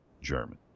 German